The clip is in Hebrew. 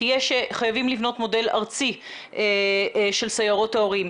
תהיה שחייבים לבנות מודל ארצי של סיירות ההורים,